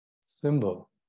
symbol